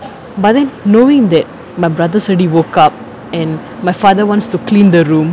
but then knowing that my brother said he woke up and my father wants to clean the room